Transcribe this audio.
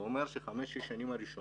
זה אומר שבחמש-שש השנים הראשונות,